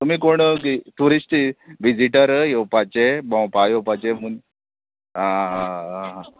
तुमी कोण tourist visitor येवपाचे भोंवपा येवपाचे म्हूण आं आं आं